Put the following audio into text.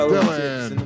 Dylan